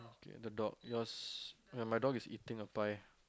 the dog yours ya my dog is eating a toy